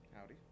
Howdy